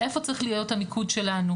איפה צריך להיות המיקוד שלנו,